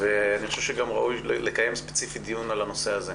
ואני חושב שגם ראוי לקיים דיון ספציפי על הנושא הזה.